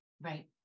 Right